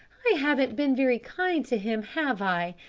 i haven't been very kind to him, have i?